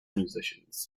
musicians